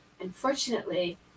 unfortunately